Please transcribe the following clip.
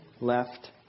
left